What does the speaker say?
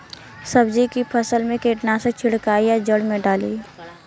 सब्जी के फसल मे कीटनाशक छिड़काई या जड़ मे डाली?